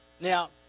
Now